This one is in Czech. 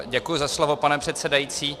Děkuji za slovo, pane předsedající.